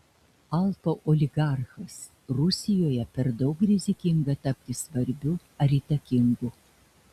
alfa oligarchas rusijoje per daug rizikinga tapti svarbiu ar įtakingu